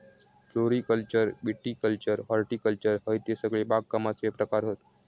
floriculture viticulture horticulture हयते सगळे बागकामाचे प्रकार हत